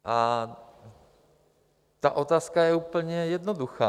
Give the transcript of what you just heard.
A ta otázka je úplně jednoduchá.